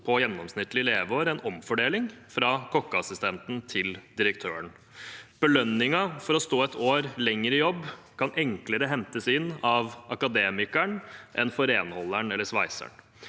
på gjennomsnittlige leveår en omfordeling fra kokkeassistenten til direktøren. Belønningen for å stå et år lenger i jobb kan enklere hentes inn av akademikeren enn av renholderen eller sveiseren.